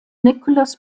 nicholas